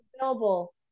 available